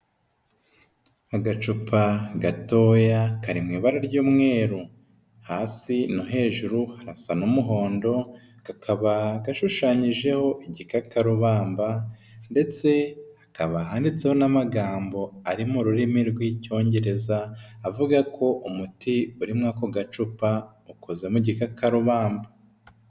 Agacupa gatoya kari mu ibara ry'umweru hasi no hejuru harasa n'umuhondo kakaba gashushanyijeho igikakarubamba ndetse hakaba handitseho n'amagambo ari mu rurimi rw'icyongereza avuga ko umuti uri muri ako gacupa ukoze mu gikakarubamba.